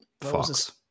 Fox